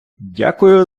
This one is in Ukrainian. дякую